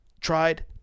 tried